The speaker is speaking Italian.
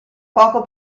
poco